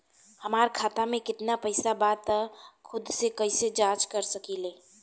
हमार खाता में केतना पइसा बा त खुद से कइसे जाँच कर सकी ले?